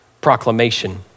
proclamation